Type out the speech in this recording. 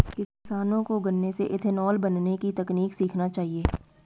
किसानों को गन्ने से इथेनॉल बनने की तकनीक सीखना चाहिए